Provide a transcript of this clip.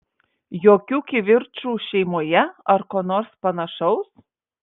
jokių kivirčų šeimoje ar ko nors panašaus